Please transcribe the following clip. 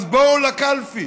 אז בואו לקלפי